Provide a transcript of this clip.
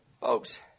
Folks